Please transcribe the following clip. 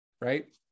Right